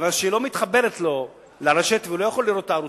מכיוון שהיא לא מתחברת לו לרשת והוא לא יכול לראות את הערוצים.